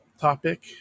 topic